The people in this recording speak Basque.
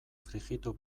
frijitu